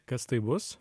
kas tai bus